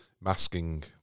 Masking